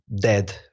dead